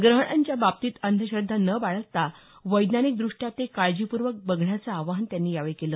ग्रहणांच्या बाबतीत अंधश्रध्दा न बाळगता वैज्ञानिक दृष्ट्या ते काळजीपूर्वक बघण्याचं आवाहन त्यांनी यावेळी केलं